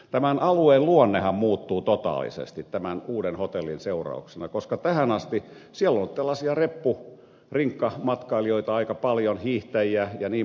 tämän alueen luonnehan muuttuu totaalisesti tämän uuden hotellin seurauksena koska tähän asti siellä on ollut tällaisia reppu rinkkamatkailijoita aika paljon hiihtäjiä jnp